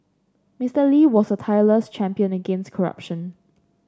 Mister Lee was a tireless champion against corruption